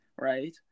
right